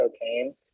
cocaine